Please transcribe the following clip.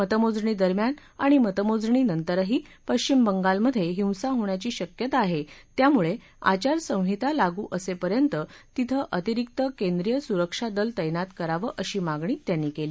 मतमोजणी दरम्यान आणि मतमोजणी नंतरही पक्षिम बंगालमधे हिंसा होण्याच्या शक्यता आहे त्यामुळे आचारसंहिता लागू असेपर्यंत तेथे अतिरिक्त केंद्रीय सुरक्षा दल तैनात करावं अशी मागणी त्यांनी केली